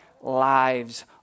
lives